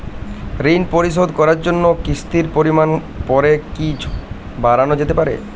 ঋন পরিশোধ করার জন্য কিসতির পরিমান পরে কি বারানো যেতে পারে?